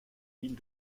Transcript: mille